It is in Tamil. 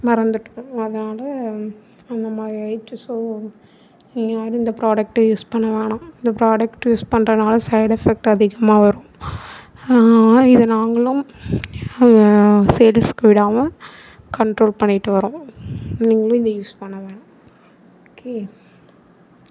மறந்துவிட்டோம் அதனால் அந்த மாதிரி ஆயிட்டு ஸோ நீங்கள் யாரும் இந்த ப்ராடக்ட் யூஸ் பண்ண வேணா இந்த ப்ராடக்ட் யூஸ் பண்ணுறனால சைட் எஃபெக்ட் அதிகமாக வரும் இதை நாங்களும் அவங்க சேல்ஸ்கு விடாமல் கண்ட்ரோல் பண்ணிகிட்டு வரோம் நீங்களும் இதை யூஸ் பண்ண வேணாம் ஓகே